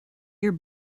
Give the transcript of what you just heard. your